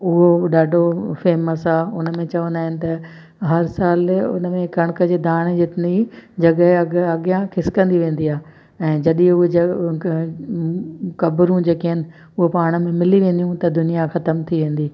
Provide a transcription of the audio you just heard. उहो बि ॾाढो फेमस आहे उन में चवंदा आहिनि त हर सालु उन में कणक जी धाणे जितनी जॻह अॻियां खिसकंदी वेंदी आहे ऐं जॾहिं उहो जग उन कबरूं जेकी आहिनि उहो पाण में मिली वेंदियूं त दुनिया ख़तम थी वेंदी